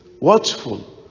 watchful